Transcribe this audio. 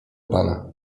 pana